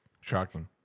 Shocking